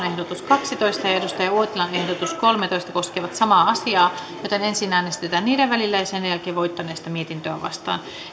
ehdotus kahdeksan ja kari uotilan ehdotus yhdeksän koskevat samaa määrärahaa ensin äänestetään niiden välillä ja sitten voittaneesta mietintöä vastaan